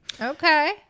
Okay